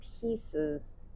pieces